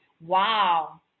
Wow